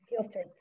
filtered